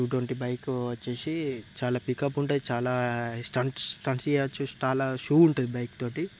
two twenty bike వచ్చేసి చాలా pickup ఉంటుంది చాలా స్టంట్స్ స్టంట్స్ చేయవచ్చు చాలా షో ఉంటుంది బైక్ తోటి